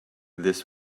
this